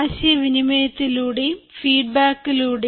ആശയവിനിമയത്തിലൂടെയും ഫീഡ്ബാക്കിലൂടെയും